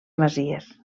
masies